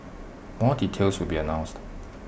more details will be announced